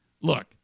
look